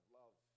love